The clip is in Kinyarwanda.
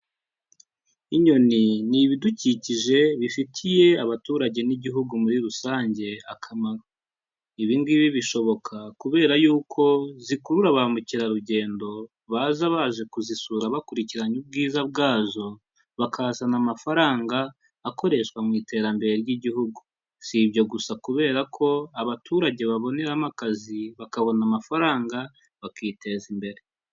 Inyoni ni ibidukikije bifitiye abaturage n'igihugu muri rusange akamaro. Ibi ngibi bishoboka kubera yuko zikurura ba mukerarugendo baza baje kuzisura bakurikiranye ubwiza bwazo, bakazana amafaranga akoreshwa mu iterambere ry'igihugu. Si ibyo gusa kubera ko abaturage baboneramo akazi bakabona amafaranga bakiteza imbere.